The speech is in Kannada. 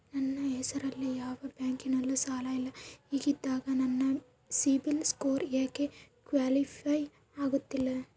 ನನ್ನ ಹೆಸರಲ್ಲಿ ಯಾವ ಬ್ಯಾಂಕಿನಲ್ಲೂ ಸಾಲ ಇಲ್ಲ ಹಿಂಗಿದ್ದಾಗ ನನ್ನ ಸಿಬಿಲ್ ಸ್ಕೋರ್ ಯಾಕೆ ಕ್ವಾಲಿಫೈ ಆಗುತ್ತಿಲ್ಲ?